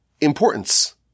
importance